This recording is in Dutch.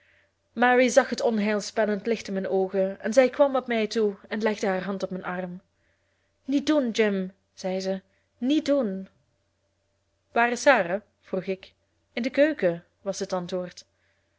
mary zag het onheilspellend licht in mijn oogen en zij kwam op mij toe en legde haar hand op mijn arm niet doen jim zeide zij niet doen waar is sarah vroeg ik in de keuken was het antwoord